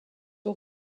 aux